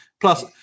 plus